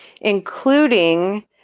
including